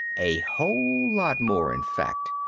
a whole lot more in fact,